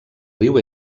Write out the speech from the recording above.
riu